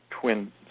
twin